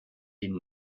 den